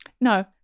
no